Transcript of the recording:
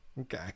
Okay